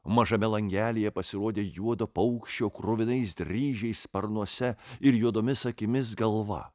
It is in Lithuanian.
mažame langelyje pasirodė juodo paukščio kruvinais dryžiais sparnuose ir juodomis akimis galva